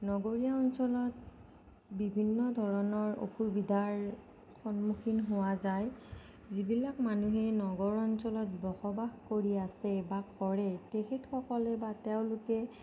নগৰীয়া অঞ্চলত বিভিন্ন ধৰণৰ অসুবিধাৰ সন্মুখীন হোৱা যায় যিবিলাক মানুহে নগৰ অঞ্চলত বসবাস কৰি আছে বা কৰে তেখেতসকলে বা তেওঁলোকে